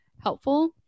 helpful